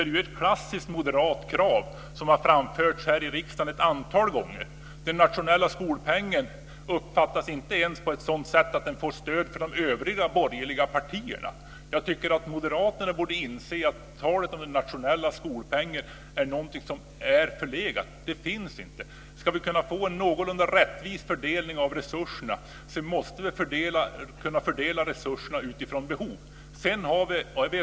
Det är ett klassiskt moderat krav som har framförts i riksdagen ett antal gånger. Den nationella skolpengen uppfattas inte ens på ett sådant sätt att den får stöd från de övriga borgerliga partierna. Jag tycker att moderaterna borde inse att talet om den nationella skolpengen är någonting som är förlegat. Den finns inte. Ska vi få en någorlunda rättvis fördelning av resurserna måste vi fördela resurserna utifrån behov.